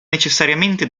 necessariamente